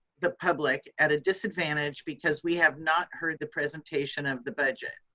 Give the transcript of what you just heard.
the public at a disadvantage because we have not heard the presentation of the budget.